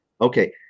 Okay